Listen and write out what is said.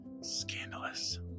Scandalous